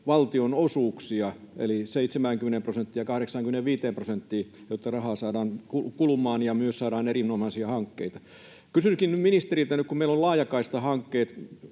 valtionosuuksia eli 70 prosenttiin ja 85 prosenttiin, jotta rahaa saadaan kulumaan ja myös saadaan erinomaisia hankkeita. Kysynkin ministeriltä nyt, kun meillä on laajakaistahankkeet